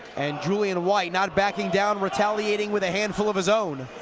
and julian whyt not backing down retaliating with a handful of his own